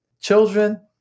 children